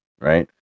right